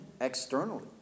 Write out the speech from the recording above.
externally